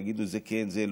תגידו: זה כן, זה לא.